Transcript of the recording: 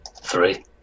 three